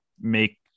make